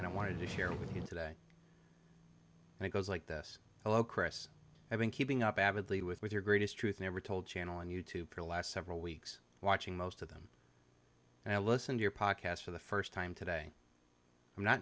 and i wanted to share with you today and it goes like this hello chris i've been keeping up avidly with your greatest truth never told channel on you tube for the last several weeks watching most of them and i listened your pockets for the first time today i'm not